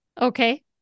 Okay